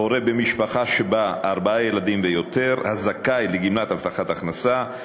הורה במשפחה שבה ארבעה ילדים ויותר הזכאי לגמלת הבטחת הכנסה,